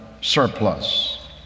surplus